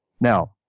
Now